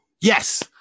Yes